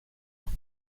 ans